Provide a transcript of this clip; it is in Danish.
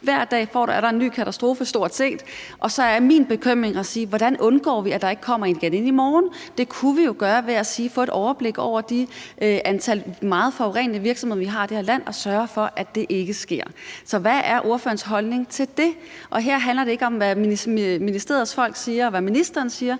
Hver dag er der stort set en ny katastrofe, og det er min bekymring, og så vil jeg spørge, hvordan vi undgår, at der kommer en igen i morgen. Det kunne vi jo gøre ved at få et overblik over de meget forurenende virksomheder, vi har i det her land, og sørge for, at det ikke sker. Så hvad er ordførerens holdning til det? Her handler det ikke om, hvad ministeriets folk siger, og hvad ministeren siger.